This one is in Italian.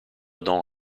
don